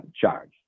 charge